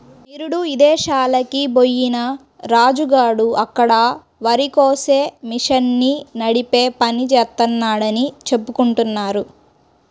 నిరుడు ఇదేశాలకి బొయ్యిన రాజు గాడు అక్కడ వరికోసే మిషన్ని నడిపే పని జేత్తన్నాడని చెప్పుకుంటున్నారు